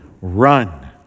Run